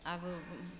आब